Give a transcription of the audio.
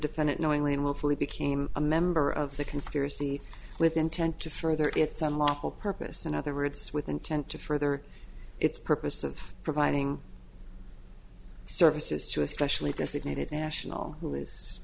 defendant knowingly and willfully became a member of the conspiracy with intent to further its unlawful purpose in other words with intent to further its purpose of providing services to a specially designated national